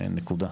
נקודה.